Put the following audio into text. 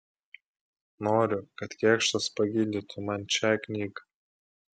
noriu kad kėkštas pagydytų man šią knygą